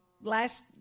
last